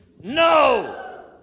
No